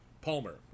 Palmer